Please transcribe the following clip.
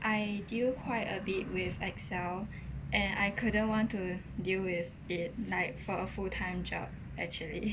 I deal quite a bit with excel and I couldn't want to deal with it like for a full time job actually